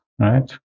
right